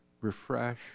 refresh